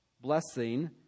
blessing